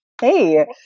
Hey